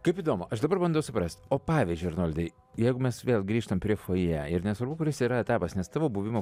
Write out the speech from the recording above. kaip įdomu aš dabar bandau suprast o pavyzdžiui arnoldai jeigu mes vėl grįžtam prie fojė ir nesvarbu kuris yra etapas nes tavo buvimą